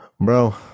Bro